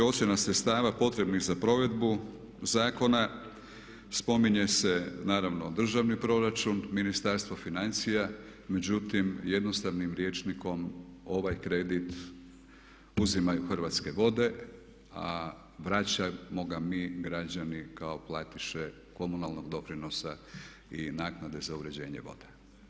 Ocjena sredstava potrebnih za provedbu zakona spominje se naravno državni proračun Ministarstva financija međutim jednostavnim rječnikom ovaj kredit uzimaju Hrvatske vode a vraćamo ga mi građani kao platiše komunalnog doprinosa i naknade za uređenje voda.